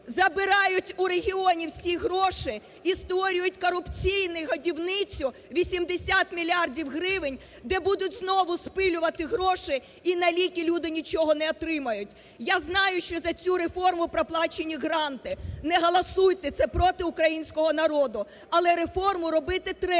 Забирають у регіонів всі гроші і створюють корупційну годівницю 80 мільярдів гривень, де будуть знову спилювати гроші і на ліки люди нічого не отримають. Я знаю, що за цю реформу проплачені гранти. Не голосуйте! Це проти українського народу! Але реформу робити треба